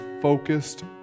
focused